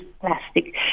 plastic